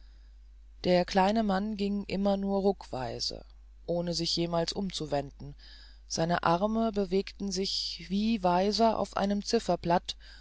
der kleine mann ging immer nur ruckweise ohne sich jemals umzuwenden seine arme bewegten sich wie weiser auf einem zifferblatt